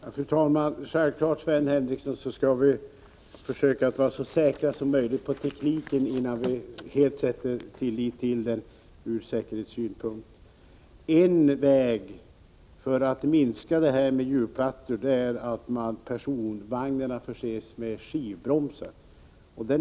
Fru talman! Vi skall självfallet, Sven Henricsson, försöka vara så säkra som möjligt när det gäller tekniken, innan vi helt sätter tillit till den ur säkerhetssynpunkt. En väg för att minska problemet med hjulplattor är att personvagnarna förses med skivbromsar.